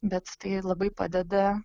bet tai labai padeda